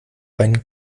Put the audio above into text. einen